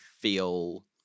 feel